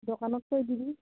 দোকানত থৈ দিবি